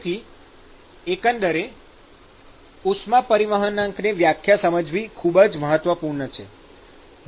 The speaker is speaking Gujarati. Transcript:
તેથી એકંદરે ઉષ્મા પરિવહનાંકની વ્યાખ્યા સમજવી ખૂબ જ મહત્વપૂર્ણ છે